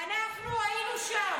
את טועה.